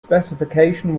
specification